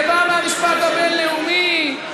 זה בא מהמשפט הבין-לאומי,